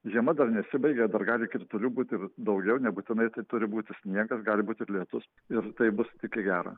žiema dar nesibaigia dar gali kritulių būt ir daugiau ne būtinai tai turi būti sniegas gali būt ir lietus ir tai bus tik į gerą